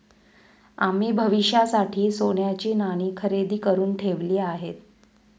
आम्ही भविष्यासाठी सोन्याची नाणी खरेदी करुन ठेवली आहेत